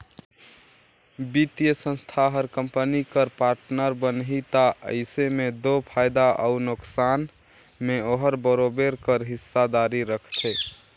बित्तीय संस्था हर कंपनी कर पार्टनर बनही ता अइसे में दो फयदा अउ नोसकान में ओहर बरोबेर कर हिस्सादारी रखथे